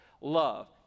love